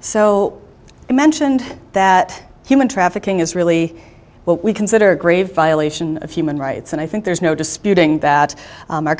so i mentioned that human trafficking is really what we consider a grave violation of human rights and i think there's no disputing that